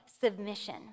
submission